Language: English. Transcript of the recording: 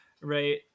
right